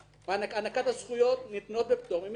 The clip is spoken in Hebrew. הענקת הזכויות ניתנות בפטור ממכרז,